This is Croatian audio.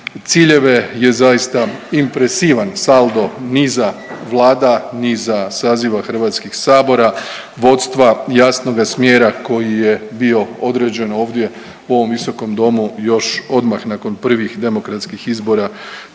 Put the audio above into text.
ciljeve je zaista impresivan saldo niza Vlada, niza saziva Hrvatskih sabora, vodstva, jasnoga smjera koji je bio određen ovdje u ovom Visokom domu još odmah nakon prvih demokratskih izbora